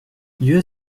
dieu